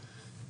ברור.